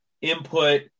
input